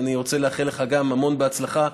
ואני רוצה לאחל גם לך המון הצלחה.